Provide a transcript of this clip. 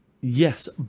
Yes